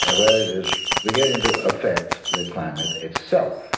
ah where it is beginning and to affect the climate itself.